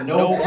no